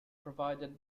provided